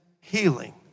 healing